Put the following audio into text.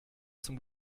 zum